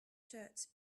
shirt